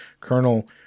Colonel